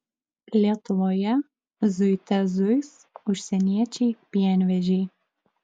lietuvoje zuite zuis užsieniečiai pienvežiai